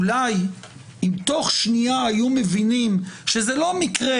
אולי אם בתוך שנייה היו מבינים שזה לא מקרה